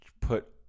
put